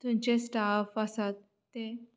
थंयचे स्टाफ आसात ते